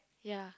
ya